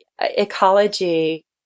ecology